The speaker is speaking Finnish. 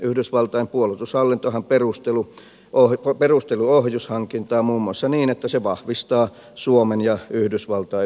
yhdysvaltain puolustushallintohan on perustellut ohjushankintaa muun muassa niin että se vahvistaa suomen ja yhdysvaltain liittolaisuutta